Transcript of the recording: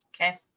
Okay